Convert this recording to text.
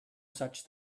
such